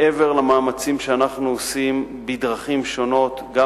מעבר למאמצים שאנחנו עושים בדרכים שונות גם